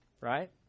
right